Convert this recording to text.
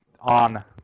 on